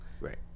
Right